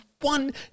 one